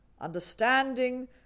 understanding